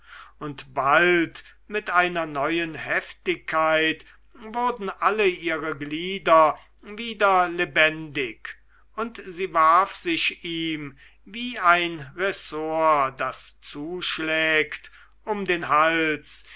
und bald mit einer neuen heftigkeit wurden alle ihre glieder wieder lebendig und sie warf sich ihm wie ein ressort das zuschlägt um den hals